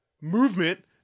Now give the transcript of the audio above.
movement